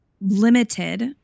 limited